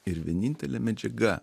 ir vienintelė medžiaga